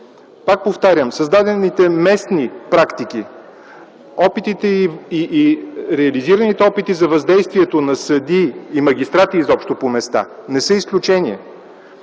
Пак повтарям, създадените местни практики и реализираните опити за въздействието на съдии и магистрати изобщо по места не са изключение.